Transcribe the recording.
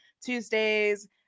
Tuesdays